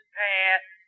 path